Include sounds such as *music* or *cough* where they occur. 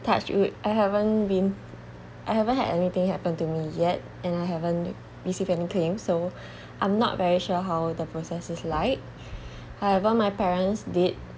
touch wood I haven't been I haven't had anything happened to me yet and I haven't received any claims so *breath* I'm not very sure how the process is like I *breath* however my parents did